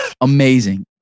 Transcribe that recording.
amazing